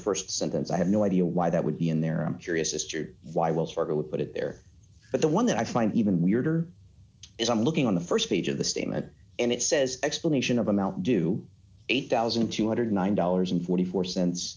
of st sentence i have no idea why that would be in there i'm curious as to why i will certainly put it there but the one that i find even weirder is i'm looking on the st page of the statement and it says explanation of a mountain dew eight thousand two hundred and nine dollars and forty four cents